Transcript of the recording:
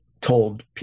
told